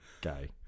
gay